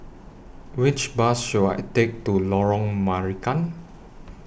Which Bus should I Take to Lorong Marican